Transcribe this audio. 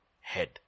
head